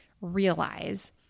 realize